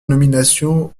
nomination